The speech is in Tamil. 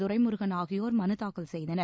துரைமுருகள் ஆகியோர் மனுத் தாக்கல் செய்தனர்